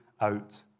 out